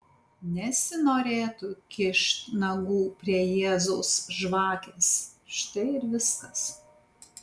nesinorėtų kišt nagų prie jėzaus žvakės štai ir viskas